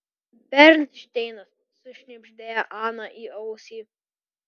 bernšteinas sušnibždėjo ana į ausį